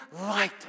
light